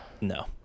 no